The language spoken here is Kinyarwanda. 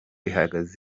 ihagaze